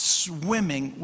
swimming